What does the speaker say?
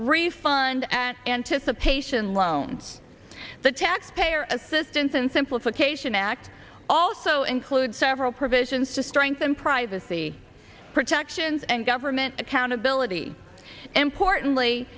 refund anticipation loans the taxpayer assistance and simplification act also includes several provisions to strengthen privacy protections and government accountability importantly